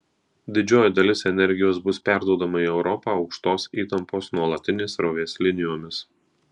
didžioji dalis energijos bus perduodama į europą aukštos įtampos nuolatinės srovės linijomis